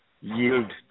yield